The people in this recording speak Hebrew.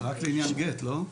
זה רק לעניין גט, לא?